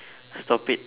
stop it